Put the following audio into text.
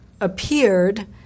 appeared